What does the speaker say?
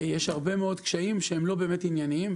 שהם לא באמת ענייניים.